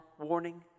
warning